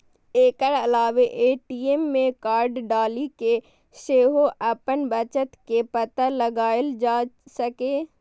एकर अलावे ए.टी.एम मे कार्ड डालि कें सेहो अपन बचत के पता लगाएल जा सकैए